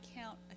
count